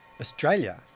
Australia